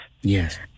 Yes